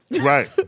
Right